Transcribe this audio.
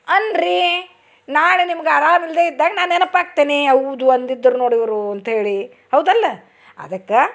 ಅನ್ರೀ ನಾಳೆ ನಿಮ್ಗ ಆರಾಮ್ ಇಲ್ಲದೇ ಇದ್ದಾಗ ನಾ ನೆನಪು ಆಗ್ತೆನೀ ಹೌದು ಅಂದಿದ್ದರೂ ನೋಡಿ ಇವರು ಅಂತೇಳಿ ಹೌದಲ್ಲ ಅದಕ್ಕೆ